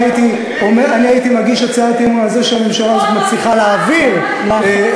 הייתי מגיש הצעת אי-אמון על זה שהממשלה הזאת מצליחה להעביר יותר